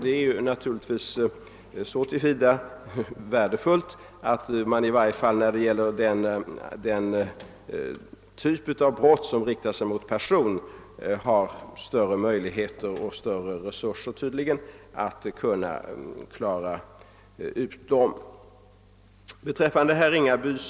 Det är ju ändå värdefullt och glädjande att vi när det gäller den typ av brott som riktar sig mot person tydligen har större möjligheter och resurser att klara upp de brotten.